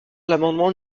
l’amendement